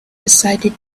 decided